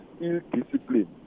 ill-discipline